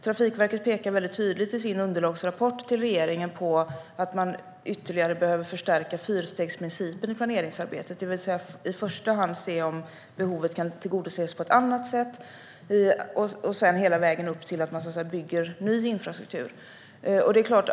Trafikverket pekar väldigt tydligt i sin underlagsrapport till regeringen på att man ytterligare behöver förstärka fyrstegsprincipen i planeringsarbetet. Det handlar om att i första hand se om behovet kan tillgodoses på ett annat sätt, och sedan går det hela vägen upp till att man, så att säga, bygger ny infrastruktur.